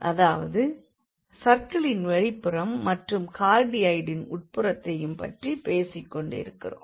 அதாவது சர்க்கிளின் வெளிப்புறம் மற்றும் கார்டியாய்டின் உட்புறத்தையும் பற்றிப் பேசிக்கொண்டிருக்கிறோம்